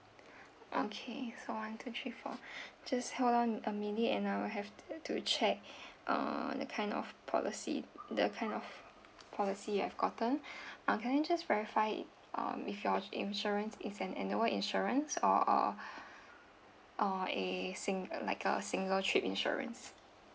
okay so one two three four just hold on a minute and I will have to check uh the kind of policy the kind of policy I've gotten uh can I just verify uh with your insurance it's an annual insurance or or or a single like a single trip insurance